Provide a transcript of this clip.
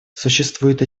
существует